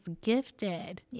gifted